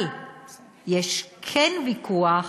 אבל יש ויכוח